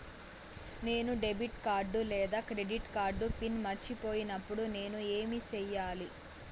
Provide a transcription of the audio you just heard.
నేను debit card లేదా credit card PIN మర్చిపోయినప్పుడు నేను ఏమి సెయ్యాలి?